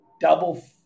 double